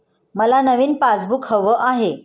मला नवीन पासबुक हवं आहे